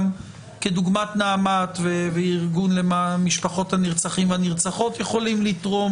כדוגמת נעמ"ת וארגון משפחות נרצחות ונרצחים יכולים לתרום